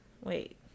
wait